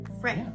Right